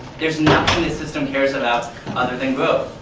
there is nothing the system cares about other than growth.